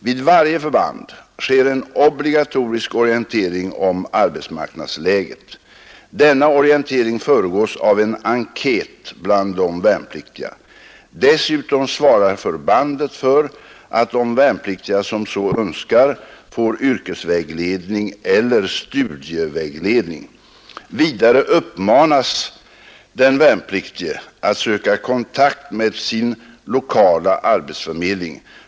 Vid varje förband sker en obligatorisk orientering om arbetsmarknadsläget. Denna orientering föregås av en enkät bland de värnpliktiga. Dessutom svarar förbandet för att de värnpliktiga som så önskar fär yrkesvägledning eller studievägledning. Vidare uppmanas den värnpliktige att söka kontakt med sin lokala arbetsförmedling.